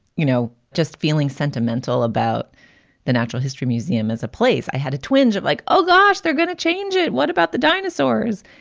you know, just feeling sentimental about the natural history museum as a place i had a twinge of like, oh, gosh, they're going to change it. what about the dinosaurs?